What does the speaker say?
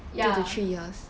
ya